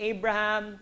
Abraham